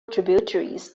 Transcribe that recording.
tributaries